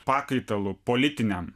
pakaitalu politiniam